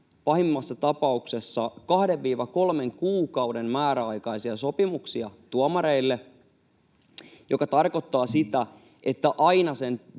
pahimmassa tapauksessa 2—3 kuukauden määräaikaisia sopimuksia tuomareille, mikä tarkoittaa sitä, että aina sen